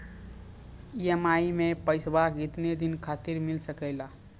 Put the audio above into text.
EMI मैं पैसवा केतना दिन खातिर मिल सके ला?